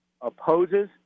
opposes